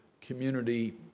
community